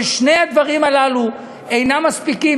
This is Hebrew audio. ושני הדברים הללו אינם מספיקים,